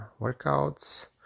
workouts